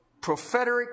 prophetic